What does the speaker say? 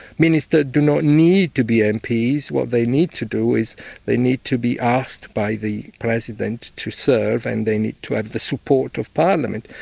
ministers do not need to be mps, what they need to do is they need to be asked by the president to serve and they need to have the support of parliament.